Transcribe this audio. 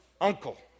uncle